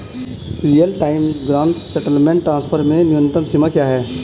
Real time gross settlement transfer में न्यूनतम सीमा क्या है?